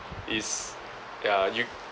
is ya you